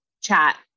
chat